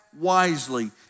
Wisely